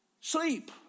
Sleep